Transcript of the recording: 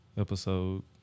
Episode